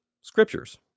Scriptures